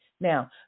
Now